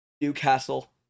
Newcastle